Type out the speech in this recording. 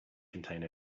contained